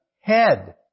head